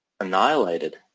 annihilated